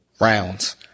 rounds